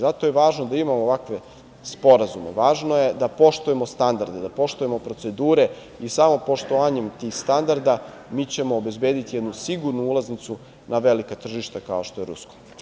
Zato je važno da imamo ovakve sporazume, važno je da poštujemo standarde, da poštujemo procedure i samopoštovanjem tih standarda mi ćemo obezbediti jednu sigurnu ulaznicu na velika tržišta, kao što je rusko.